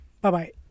Bye-bye